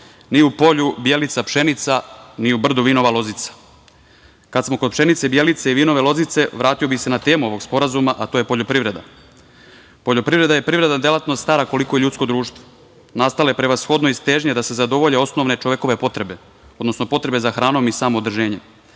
ni u polju Bjelica pšenica, ni u brdu vinova lozica. Kada smo kod pšenice Bjelice i vinove lozice, vratio bih se na temu ovog Sporazuma, a to je poljoprivreda. Poljoprivreda je privredna delatnost stara koliko i ljudsko društvo. Nastala je prevashodno iz težnje da se zadovolje osnovne čovekove potrebe, odnosno potrebe za hranom i samoodrženjem,